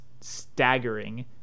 staggering